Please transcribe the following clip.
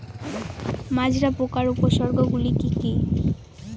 মাজরা পোকার উপসর্গগুলি কি কি?